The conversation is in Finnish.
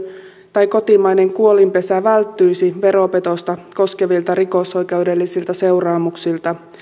tai kotimainen kuolinpesä välttyisi veropetosta koskevilta rikosoikeudellisilta seuraamuksilta